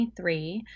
23